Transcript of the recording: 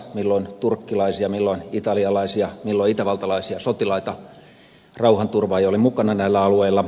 milloin turkkilaisia milloin italialaisia milloin itävaltalaisia sotilaita rauhanturvaajia oli mukana näillä alueilla